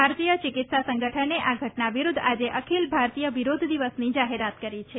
ભારતીય ચિકિત્સા સંગઠને આ ઘટના વિરુદ્ધ આજે અખિલ ભારતીય વિરોધ દિવસની જાહેરાત કરી છે